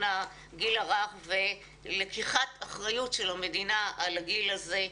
הגיל הרך ולקיחת אחריות של המדינה על הגיל הזה.